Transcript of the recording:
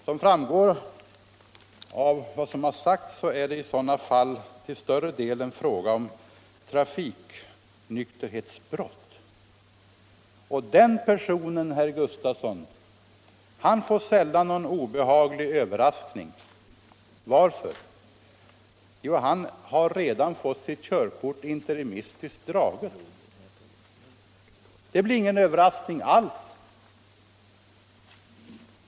Som framgår av vad som sagts är det i sådana fall till stor del fråga om personer som begått trafiknykterhetsbrott. Dessa personer, herr Gustafson, får sällan någon obehaglig överraskning: Varför? Jo, de har redan fått sitt körkort interimistiskt indraget. Det blir ingen överraskning alls.